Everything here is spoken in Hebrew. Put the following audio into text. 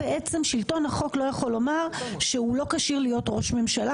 שלטון החוק בעצם לא יכול לומר שהוא לא כשיר להיות ראש ממשלה